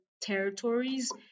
territories